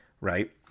right